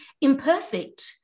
imperfect